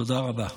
תודה רבה.